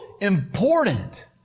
important